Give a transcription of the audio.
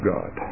God